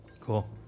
Cool